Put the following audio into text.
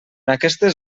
aquestes